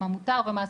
מה מותר ומה אסור,